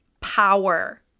power